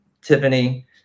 Tiffany